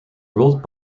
ruled